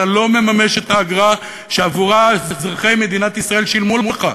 אתה לא מממש את האגרה שעבורה אזרחי מדינת ישראל שילמו לך,